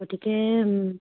গতিকে